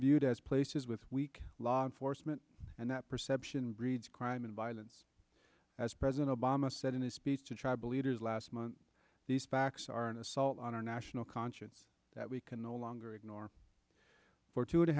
viewed as places with weak law enforcement and that perception breeds crime and violence as president obama said in his speech to tribal leaders last month these facts are an assault on our national conscience that we can no longer ignore for two and a